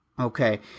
Okay